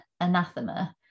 anathema